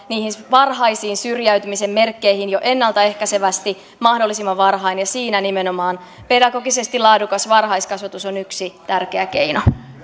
niihin varhaisiin syrjäytymisen merkkeihin jo ennaltaehkäisevästi mahdollisimman varhain ja siinä nimenomaan pedagogisesti laadukas varhaiskasvatus on yksi tärkeä keino